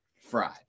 Fried